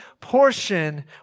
portion